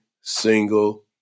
single